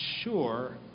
sure